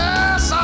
Yes